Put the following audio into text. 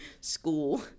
school